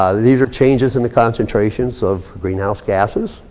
um these are changes in the concentrations of greenhouses gases.